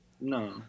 no